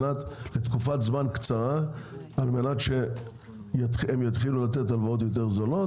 לתקופת זמן קצרה על מנת שהם יתחילו לתת הלוואות יותר זולות,